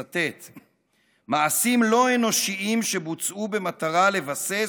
כמעשים לא אנושיים שבוצעו במטרה לבסס